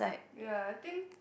ya I think